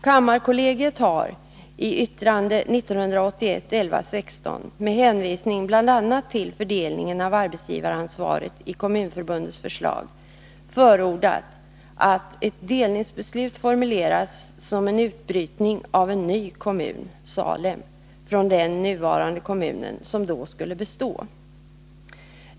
Kammarkollegiet har i yttrande 1981-11-16, med hänvisning bl.a. till fördelningen av arbetsgivaransvaret i Kommunförbundets förslag, förordat att ett delningsbeslut formuleras som en utbrytning av en ny kommun — Salem — från den nuvarande kommunen, som då skulle bestå.